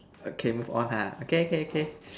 okay move on ha okay okay okay